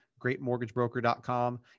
greatmortgagebroker.com